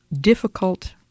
difficult